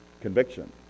conviction